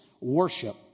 worship